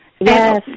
Yes